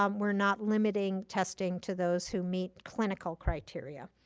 um we're not limiting testing to those who meet clinical criteria.